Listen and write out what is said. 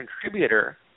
contributor